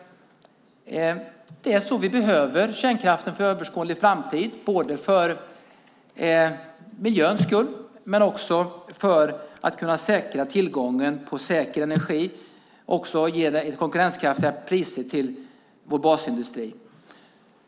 Vi behöver kärnkraften för överskådlig tid för miljöns skull och för att kunna både säkra tillgången till säker energi och erbjuda vår basindustri konkurrenskraftiga priser.